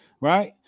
right